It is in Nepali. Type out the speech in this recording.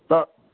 छ